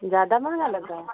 ज़्यादा महँगा लग रहा है